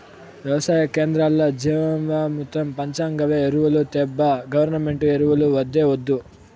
వెవసాయ కేంద్రాల్ల జీవామృతం పంచగవ్య ఎరువులు తేబ్బా గవర్నమెంటు ఎరువులు వద్దే వద్దు